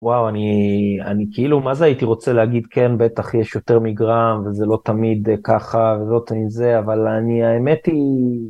וואו אני כאילו מה זה הייתי רוצה להגיד כן בטח יש יותר מגרם וזה לא תמיד ככה וזאת עם זה אבל אני האמת היא.